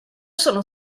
sono